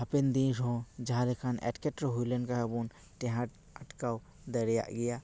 ᱦᱟᱯᱮᱱ ᱫᱤᱱ ᱨᱮᱦᱚᱸ ᱡᱟᱦᱟᱸ ᱞᱮᱠᱟᱱ ᱮᱴᱠᱮᱴᱚᱬᱮ ᱦᱩᱭᱞᱮᱱ ᱠᱷᱟᱱ ᱦᱚᱵᱚᱱ ᱴᱮᱦᱟᱴ ᱟᱴᱠᱟᱣ ᱫᱟᱲᱮᱭᱟᱜ ᱜᱮᱭᱟ